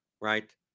right